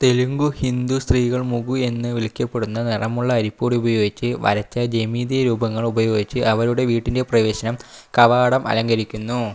തെലുങ്കു ഹിന്ദു സ്ത്രീകൾ മുഗ്ഗു എന്ന് വിളിക്കപ്പെടുന്ന നിറമുള്ള അരിപ്പൊടി ഉപയോഗിച്ച് വരച്ച ജ്യാമീതിയ രൂപങ്ങൾ ഉപയോഗിച്ച് അവരുടെ വീട്ടിൻ്റെ പ്രവേശന കവാടം അലങ്കരിക്കുന്നു